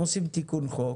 עושים תיקון חוק,